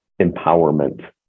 empowerment